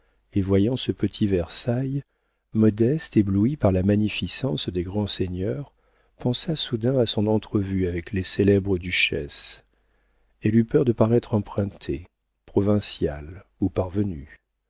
et voyant ce petit versailles modeste éblouie par la magnificence des grands seigneurs pensa soudain à son entrevue avec les célèbres duchesses elle eut peur de paraître empruntée provinciale ou parvenue